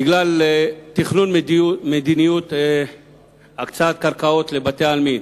בגלל תכנון מדיניות הקצאת קרקעות לבתי-עלמין,